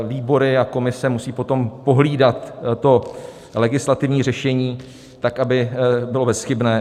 Výbory a komise musí potom pohlídat legislativní řešení tak, aby bylo bezchybné.